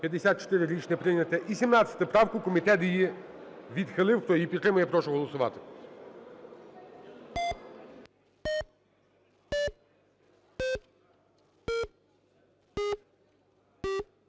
За-54 Рішення прийнято. І 17 правку, комітет її відхилив. Хто її підтримує, я прошу голосувати.